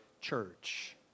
church